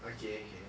okay okay